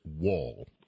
wall